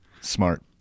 Smart